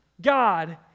God